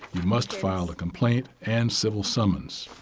must file a complaint and civil summons.